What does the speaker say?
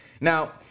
Now